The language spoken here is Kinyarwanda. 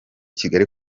kigali